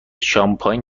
شامپاین